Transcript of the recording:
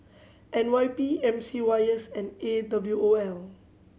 N Y P M C Y S and A W O L